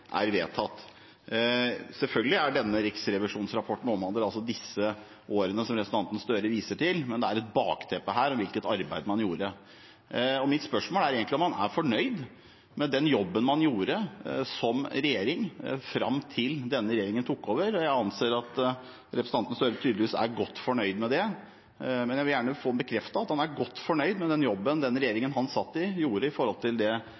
er vedtatt. Selvfølgelig omhandler denne riksrevisjonsrapporten disse årene som representanten Gahr Støre viser til, men det er et bakteppe her om hvilket arbeid man gjorde. Mitt spørsmål er egentlig om man er fornøyd med den jobben man som regjering gjorde fram til denne regjeringen tok over. Jeg antar at representanten Gahr Støre er godt fornøyd med det. Men jeg vil gjerne få bekreftet at han er godt fornøyd med den jobben regjeringen han satt i, gjorde i forhold til det